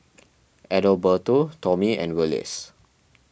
Adalberto Tomie and Willis